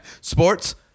Sports